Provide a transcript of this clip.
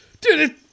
Dude